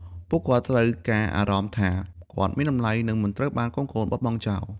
ពួកគាត់ត្រូវការអារម្មណ៍ថា គាត់មានតម្លៃ និងមិនត្រូវបានកូនៗបោះបង់ចោល។